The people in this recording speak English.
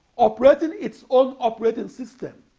operating its own operating system